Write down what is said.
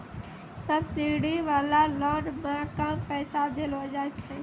subsidy वाला loan मे कम पैसा देलो जाय छै